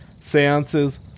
Seances